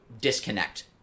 disconnect